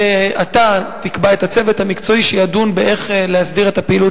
אתה תקבע את הצוות המקצועי שידון איך להסדיר את הפעילות